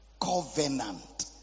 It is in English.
Covenant